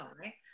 right